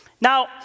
Now